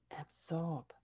absorb